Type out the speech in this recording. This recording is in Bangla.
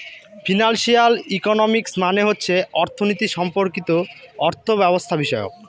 ফিনান্সিয়াল ইকোনমিক্স মানে হচ্ছে অর্থনীতি সম্পর্কিত অর্থব্যবস্থাবিষয়ক